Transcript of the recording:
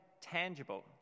tangible